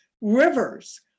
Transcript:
rivers